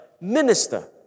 minister